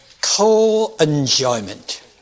co-enjoyment